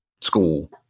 school